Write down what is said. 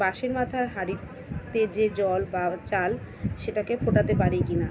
বাঁশের মাথার হাঁড়িতে যে জল বা চাল সেটাকে ফোটাতে পারি কিনা